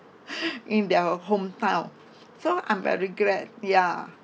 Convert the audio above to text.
in their hometown so I'm very glad ya